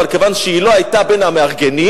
אבל כיוון שהיא לא היתה בין המארגנים,